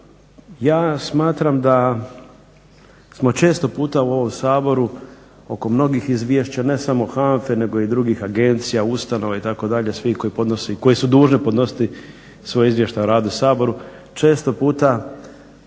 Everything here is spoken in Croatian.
Ja smatram da smo često puta u ovom Saboru oko mnogih izvješća ne samo HANFA-e nego i drugih agencija, ustanove itd. svi koji su dužni podnositi svoj izvještaj o radu Saboru često puta